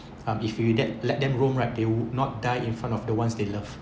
um if you will that let them roam right they will not die in front of the ones they love